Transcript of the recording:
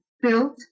built